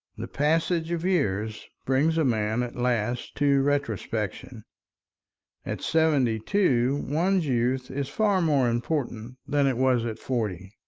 the passage of years brings a man at last to retrospection at seventy-two one's youth is far more important than it was at forty.